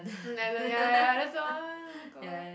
um Allen ya ya that's why wanna go eh